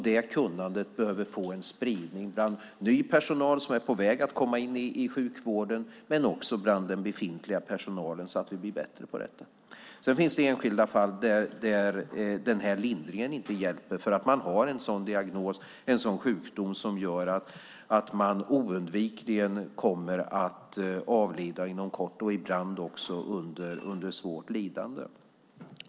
Det kunnandet behöver få en spridning bland ny personal som är på väg att komma in i sjukvården men också bland den befintliga personalen så att vi blir bättre på detta. Sedan finns det enskilda fall där den här lindringen inte hjälper därför att man har en sådan diagnos, en sådan sjukdom som gör att man oundvikligen kommer att avlida inom kort och ibland också under svårt lidande.